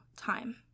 time